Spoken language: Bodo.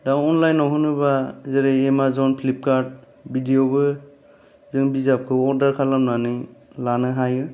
दा अनलाइनआव होनोबा जेरै एमाजन फिल्पकार्ट बिदियावबो जों बिजाबखौ अर्डार खालामनानै लानो हायो